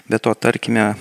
be to tarkime